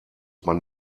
man